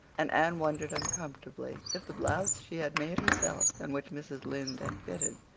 and anne wondered uncomfortably if the blouse she had made herself, and which mrs. lynde had fitted,